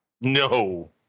No